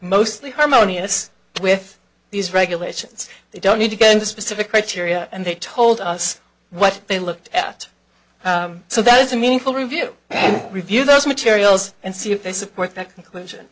mostly harmonious with these regulations they don't need to go into specific criteria and they told us what they looked at so that is a meaningful review and review those materials and see if they support that conclusion